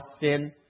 sin